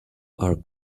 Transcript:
are